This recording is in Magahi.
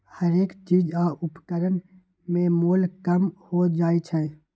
हरेक चीज आ उपकरण में मोल कम हो जाइ छै